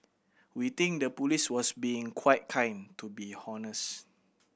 we think the police was being quite kind to be honest